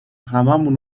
هممون